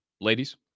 ladies